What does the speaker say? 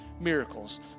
miracles